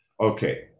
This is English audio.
Okay